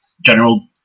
general